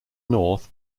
north